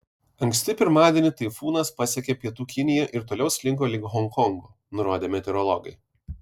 anksti pirmadienį taifūnas pasiekė pietų kiniją ir toliau slinko link honkongo nurodė meteorologai